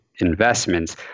investments